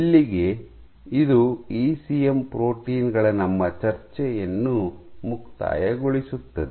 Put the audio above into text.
ಇಲ್ಲಿಗೆ ಇದು ECM protein ಗಳ ನಮ್ಮ ಚರ್ಚೆಯನ್ನು ಮುಕ್ತಾಯಗೊಳಿಸುತ್ತದೆ